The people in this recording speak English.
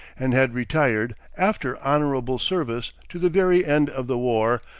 and had retired, after honorable service to the very end of the war,